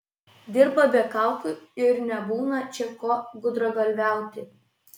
dirba be kaukių ir nebūna čia ko gudragalviauti